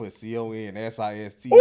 c-o-n-s-i-s-t